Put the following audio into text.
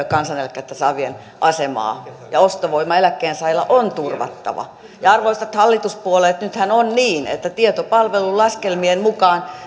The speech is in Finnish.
kansaneläkettä saavien asemaa eläkkeensaajien ostovoima on turvattava arvoisat hallituspuolueet nythän on niin että tietopalvelun laskelmien mukaan